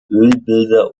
ölbilder